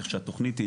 כך שהתוכנית היא